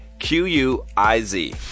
Q-U-I-Z